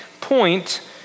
point